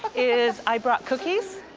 is i brought cookies.